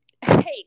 hey